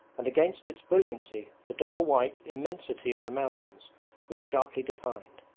and against its brilliancy the dull white immensity of the mountains was sharply defined.